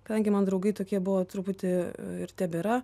kadangi mano draugai tokie buvo truputį ir tebėra